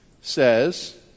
says